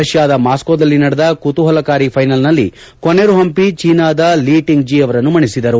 ರಷ್ಠಾದ ಮಾಸ್ಕೊದಲ್ಲಿ ನಡೆದ ಕುತೂಪಲಕಾರಿ ಫೈನಲ್ನಲ್ಲಿ ಕೊನೆರು ಹಂಪಿ ಚೀನಾದ ಲಿ ಟಿಂಗ್ ಜಿ ಅವರನ್ನು ಮಣಿಸಿದರು